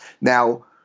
Now